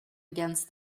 against